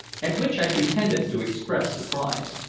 at which i pretended to express surprise.